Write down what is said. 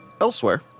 Elsewhere